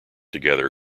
together